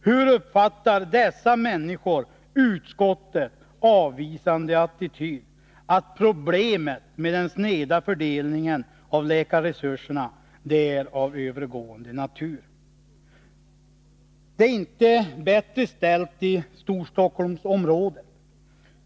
Hur uppfattar dessa människor utskottets avvisande attityd när man säger att problemet med den sneda fördelningen av läkarresurserna är av övergående natur? : Det är inte bättre ställt i Storstockholmsområdet.